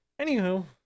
Anywho